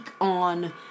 on